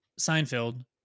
seinfeld